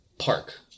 park